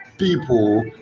People